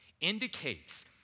indicates